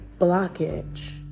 blockage